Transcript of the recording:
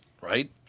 Right